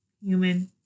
human